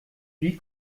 wie